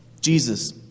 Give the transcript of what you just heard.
Jesus